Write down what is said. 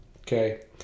Okay